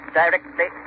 directly